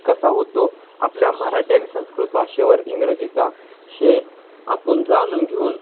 कसा होतो आपल्या मराठी आणि संस्कृत भाषेवर इंग्रजीचा हे आपण जाणून घेऊन